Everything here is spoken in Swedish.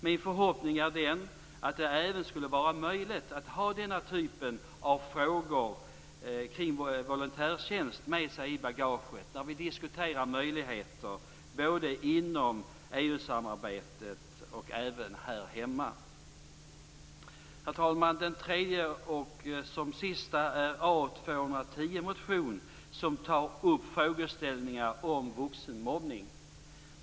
Min förhoppning är att det även skulle vara möjligt att ha denna typ av frågor kring volontärtjänst med sig i bagaget när vi diskuterar möjligheter, både inom EU samarbetet och här hemma. Herr talman! Den tredje och sista motionen är A210 som tar upp frågeställningar om vuxenmobbning.